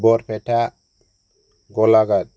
Barpeta Golaghat